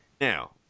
now